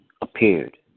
appeared